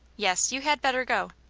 yes. you had better go.